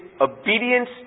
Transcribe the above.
obedience